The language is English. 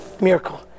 miracle